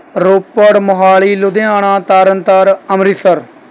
Ropar Mohali Ludhiana Tarn Taran Amritsar